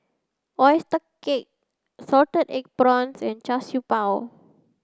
oyster cake salted egg prawns and char Siew Bao